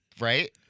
Right